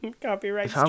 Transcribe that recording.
Copyright